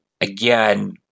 again